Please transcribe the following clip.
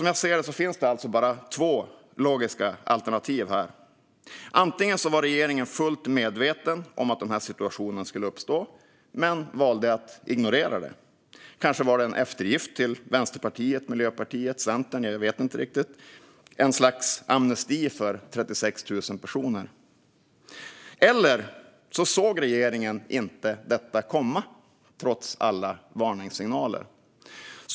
Som jag ser det finns det bara två logiska alternativ här. Antingen var regeringen fullt medveten om att denna situation skulle uppstå men valde att ignorera det. Kanske var det en eftergift till Vänsterpartiet, Miljöpartiet eller Centerpartiet - vad vet jag? - som ett slags amnesti för 36 000 personer. Eller så såg regeringen inte detta komma, trots alla varningssignaler.